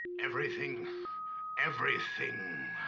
everything everything